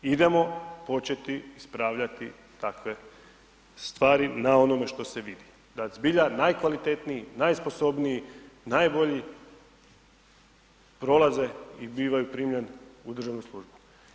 Idemo početi ispravljati takve stvari na onome što se vidi da zbilja najkvalitetniji, najsposobniji, najbolji prolaze i bivaju primljeni u državnu službu.